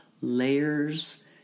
layers